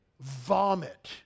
vomit